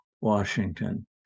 Washington